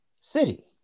city